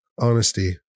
honesty